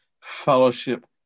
fellowship